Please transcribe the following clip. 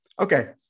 Okay